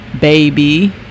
Baby